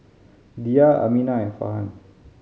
Dhia Aminah and Farhan